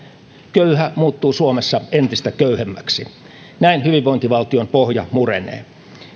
köyhä muuttuu suomessa entistä köyhemmäksi näin hyvinvointivaltion pohja murenee